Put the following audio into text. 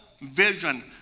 vision